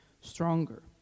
stronger